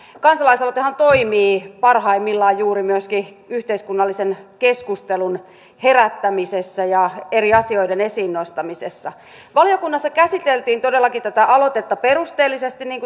kansalais aloitehan toimii parhaimmillaan juuri myöskin yhteiskunnallisen keskustelun herättämisessä ja eri asioiden esiin nostamisessa valiokunnassa käsiteltiin todellakin tätä aloitetta perusteellisesti niin